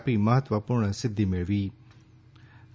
આપી મહત્ત્વપૂર્ણ સિદ્ધિ મેળવી છે